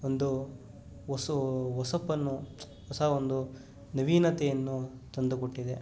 ಒಂದು ಹೊಸು ಹೊಸಪನ್ನು ಹೊಸ ಒಂದು ನವೀನತೆಯನ್ನು ತಂದುಕೊಟ್ಟಿದೆ